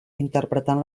interpretant